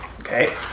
Okay